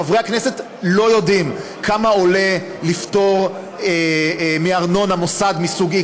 חברי הכנסת לא יודעים כמה עולה לפטור מארנונה מוסד מסוג x,